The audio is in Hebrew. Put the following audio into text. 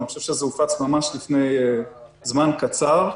זה הופץ ממש לפני זמן קצר.